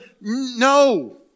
No